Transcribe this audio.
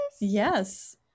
yes